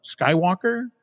Skywalker